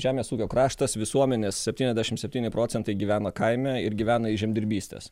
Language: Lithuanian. žemės ūkio kraštas visuomenės septyniasdešim septyni procentai gyvena kaime ir gyvena iš žemdirbystės